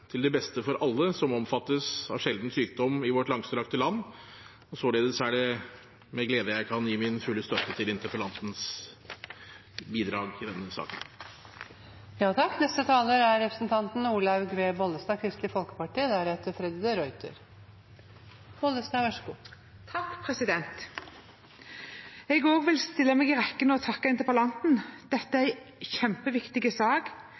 til det beste for alle som omfattes av sjelden sykdom i vårt langstrakte land. Således er det med glede jeg kan gi min fulle støtte til interpellanten i denne saken. Jeg vil også stille meg i rekken og takke interpellanten. Dette er en kjempeviktig sak, og jeg er også kjempeglad for statsrådens svar om at ja, vi vil ha en strategi. Å bli født med eller å få en sjelden diagnose er